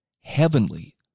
heavenly